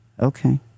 okay